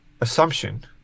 assumption